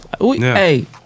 Hey